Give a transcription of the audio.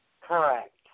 Correct